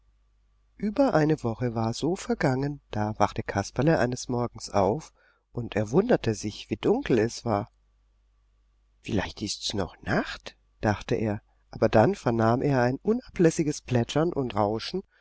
über eine woche war so vergangen da wachte kasperle eines morgens auf und er wunderte sich wie dunkel es war vielleicht ist's noch nacht dachte er aber dann vernahm er ein unablässiges plätschern und rauschen